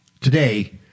today